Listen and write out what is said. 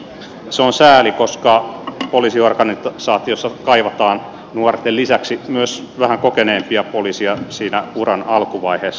se on sääli koska poliisiorganisaatiossa kaivataan nuorten lisäksi myös vähän kokeneempia poliiseja siinä uran alkuvaiheessa